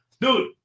Dude